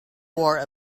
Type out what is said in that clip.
wore